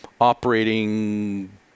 operating